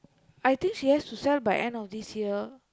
I think she has to sell by end of this year